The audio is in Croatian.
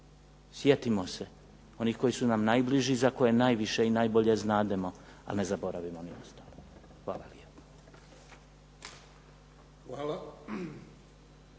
Sjetimo se onih koji su nam najbliži, za koje najviše i najbolje znademo, ali ne zaboravimo ni ostale. Hvala lijepo.